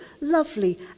lovely